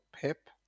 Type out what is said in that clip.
pip